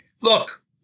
look